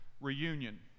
reunion